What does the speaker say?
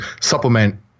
supplement